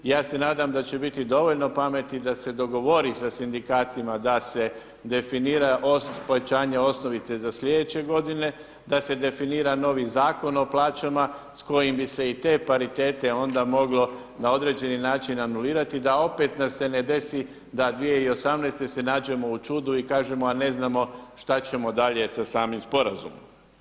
Ja se nadam da će biti dovoljno pameti da se dogovori sa sindikatima da se definira pojačanje osnovice za sljedeće godine, da se definira novi Zakon o plaćama s kojim bi se i te paritete onda moglo na određeni način anulirati da opet nam se ne desi da 2018. godine se nađemo u čudu i kažemo: A ne znamo šta ćemo dalje sa samim sporazumom.